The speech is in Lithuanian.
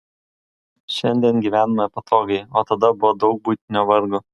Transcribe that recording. šiandien gyvename patogiai o tada buvo daug buitinio vargo